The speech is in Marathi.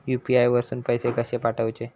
यू.पी.आय वरसून पैसे कसे पाठवचे?